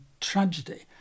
tragedy